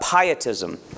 pietism